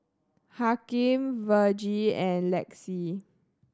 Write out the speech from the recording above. Hakim Vergie and Lexie